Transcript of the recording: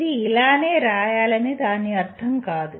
ఇది ఇలానే రాయాలని దాని అర్థం కాదు